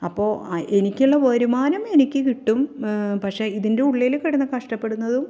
അപ്പോൾ ആ എനിക്കുള്ള വരുമാനം എനിക്ക് കിട്ടും പക്ഷെ ഇതിൻ്റെയുള്ളിൽ കിടന്ന് കഷ്ടപ്പെടുന്നതും